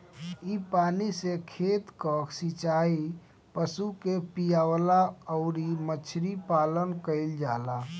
इ पानी से खेत कअ सिचाई, पशु के पियवला अउरी मछरी पालन कईल जाला